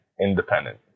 independent